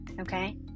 okay